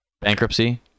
bankruptcy